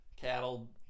Cattle